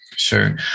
Sure